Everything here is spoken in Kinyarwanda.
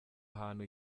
hantu